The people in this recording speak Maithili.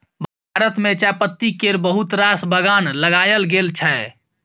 भारत मे चायपत्ती केर बहुत रास बगान लगाएल गेल छै